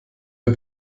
mir